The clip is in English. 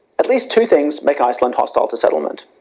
at least two things make iceland hostile to settlement.